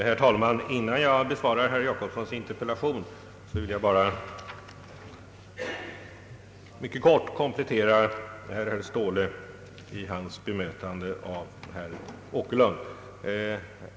Herr talman! Innan jag besvarar herr Gösta Jacobssons interpellation vill jag bara helt kort komplettera herr Ståhles bemötande av herr Åkerlund.